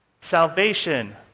salvation